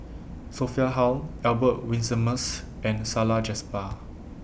Sophia Hull Albert Winsemius and Salleh Japar